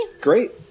Great